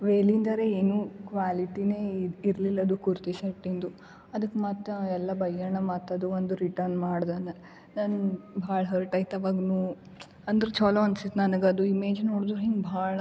ವೇಲಿಂದರೇ ಏನು ಕ್ವಾಲಿಟಿನೇ ಇರಲಿಲ್ಲ ಅದು ಕುರ್ತಿ ಸೆಟ್ಟಿಂದು ಅದಕ್ಕೆ ಮಾತ್ರ ಎಲ್ಲ ಬೈಯೋಣ ಮತ್ತದು ಒಂದು ರಿಟರ್ನ್ ಮಾಡದೇನೆ ನಂಗೆ ಭಾಳ ಹರ್ಟ್ ಆಯಿತು ಅವಾಗ್ನೂ ಅಂದ್ರು ಚಲೋ ಅನ್ಸಿತ್ತು ನನಗೆ ಅದು ಇಮೇಜ್ ನೋಡಿದರೆ ಹಿಂಗೆ ಭಾಳ